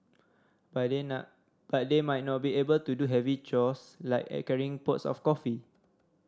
but they but they might not be able to do heavy chores like carrying pots of coffee